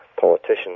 politicians